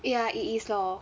ya it is lor